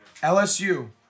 LSU